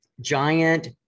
giant